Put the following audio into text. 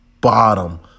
bottom